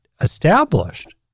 established